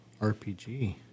RPG